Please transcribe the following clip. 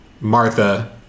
Martha